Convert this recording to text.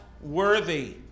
worthy